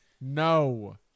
No